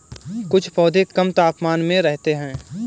कुछ पौधे कम तापमान में रहते हैं